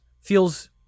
feels